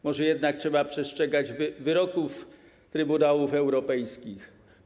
Może jednak trzeba przestrzegać wyroków trybunałów europejskich?